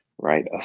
right